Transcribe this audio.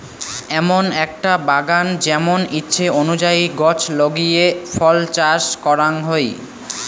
এমন আকটা বাগান যেমন ইচ্ছে অনুযায়ী গছ লাগিয়ে ফল চাষ করাং হই